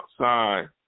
outside